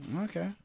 okay